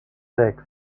six